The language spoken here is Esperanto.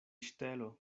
ŝtelo